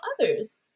others